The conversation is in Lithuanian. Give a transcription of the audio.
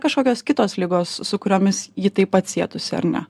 kažkokios kitos ligos su kuriomis ji taip pat sietųsi ar ne